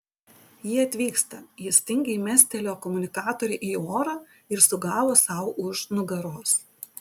jie atvyksta jis tingiai mestelėjo komunikatorių į orą ir sugavo sau už nugaros